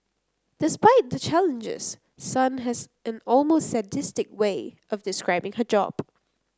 despite the challenges Sun has an almost sadistic way of describing her job